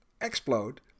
explode